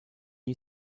you